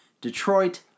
Detroit